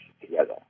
together